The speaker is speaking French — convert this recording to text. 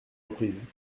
reprises